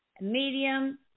Medium